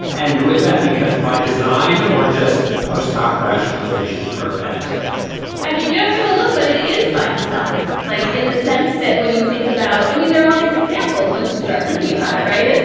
and who is that because by design or just post hoc rationalization for bad i mean you have to go look but it is by design like in the sense that when you think about i mean there are all these examples once you start thinking about it right.